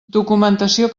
documentació